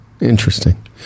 interesting